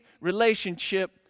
relationship